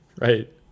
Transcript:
Right